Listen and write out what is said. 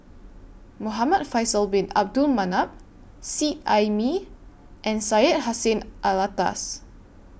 Muhamad Faisal Bin Abdul Manap Seet Ai Mee and Syed Hussein Alatas